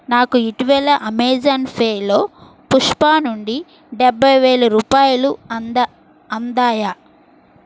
నాకు ఇటీవల అమెజాన్ పేలో పుష్పా నుండి డెబ్బై వేల రూపాయలు అందా అందాయా